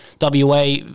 WA